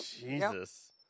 Jesus